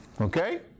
Okay